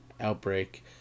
outbreak